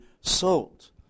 salt